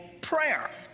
prayer